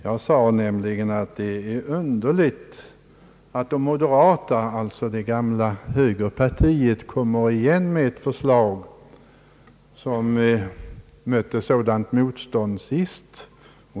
Jag sade nämligen, att det är underligt att de moderata, alltså det gamla högerpartiet, kommer igen med ett förslag som mötte sådant motstånd sist.